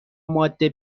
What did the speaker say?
ماده